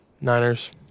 Niners